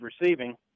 receiving